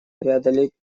преодолеть